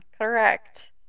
Correct